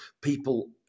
people